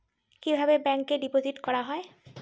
কিভাবে ব্যাংকে ডিপোজিট করা হয়?